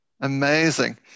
Amazing